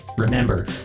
Remember